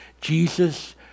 Jesus